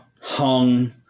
Hung